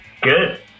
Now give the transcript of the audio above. Good